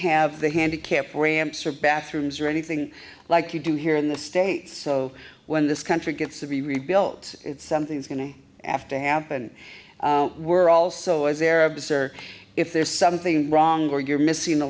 have the handicapped ramps or bathrooms or anything like you do here in the states so when this country gets to be rebuilt it's something's going to after happen we're also as arabs or if there's something wrong or you're missing